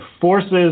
forces